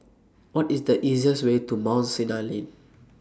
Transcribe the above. What IS The easiest Way to Mount Sinai Lane